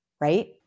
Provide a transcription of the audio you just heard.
right